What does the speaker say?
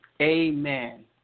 Amen